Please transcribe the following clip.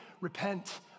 repent